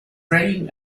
reign